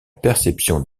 perception